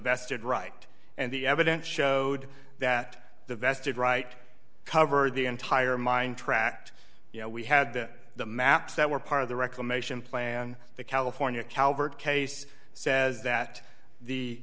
vested right and the evidence showed that the vested right covered the entire mine tract you know we had that the maps that were part of the reclamation plan the california calvert case says that the